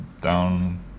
down